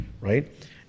right